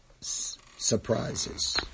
surprises